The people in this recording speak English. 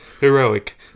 heroic